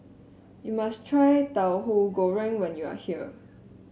you must try Tauhu Goreng when you are here